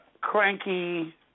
cranky